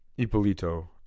Ippolito